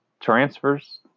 transfers